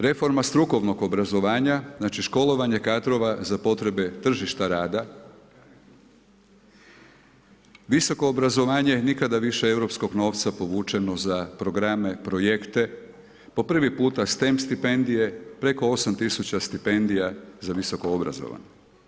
Reforma strukovnog obrazovanja, znači školovanje kadrova za potrebe tržišta rada, visoko obrazovanje nikada više europskog novca povućeno za programe, projekte, po prvi puta STEM stipendije, preko 8 tisuća stipendija za visokoobrazovane.